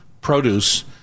produce